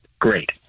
Great